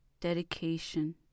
dedication